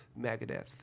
Megadeth